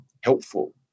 helpful